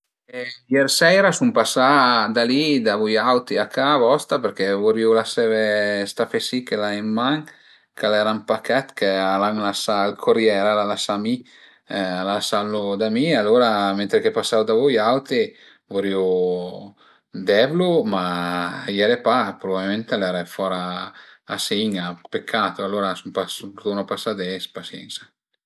Ier seira sun pasà da li da vui auti a ca vostra perché vulìu laseve sta fe si che l'ai ën man ch'al era ün pachèt che al an lasà chë ël corriere al a lasà a mi, al a lasulu da mi alura mentre che pasavu da vui auti vurìu devlu ma i ere pa, prubabilment i ere fora a sin-a, peccato alura sun turna pasà ades pasiensa